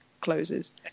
closes